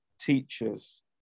teachers